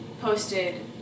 posted